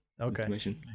Okay